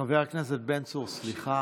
חבר הכנסת בן צור, סליחה.